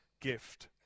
gift